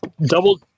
Double